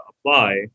apply